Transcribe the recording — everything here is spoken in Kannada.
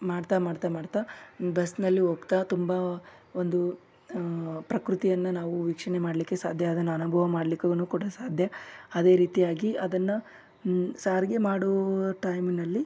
ಮಾಡ್ತ ಮಾಡ್ತ ಮಾಡ್ತ ಬಸ್ನಲ್ಲಿ ಹೋಗ್ತ ತುಂಬ ಒಂದು ಪ್ರಕೃತಿಯನ್ನು ನಾವು ವೀಕ್ಷಣೆ ಮಾಡಲಿಕ್ಕೆ ಸಾಧ್ಯ ಅದನ್ನು ಅನುಭವ ಮಾಡ್ಲಿಕ್ಕೂನು ಕೂಡ ಸಾಧ್ಯ ಅದೇ ರೀತಿಯಾಗಿ ಅದನ್ನು ಸಾರಿಗೆ ಮಾಡೋ ಟೈಮ್ನಲ್ಲಿ